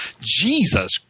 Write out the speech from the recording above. Jesus